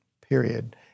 period